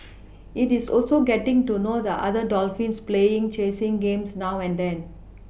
it is also getting to know the other dolphins playing chasing games now and then